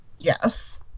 Yes